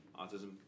autism